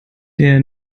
der